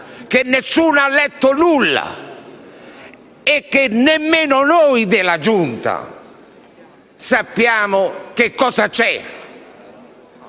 che nessuno ha letto nulla e che nemmeno noi della Giunta sappiamo che cosa c'è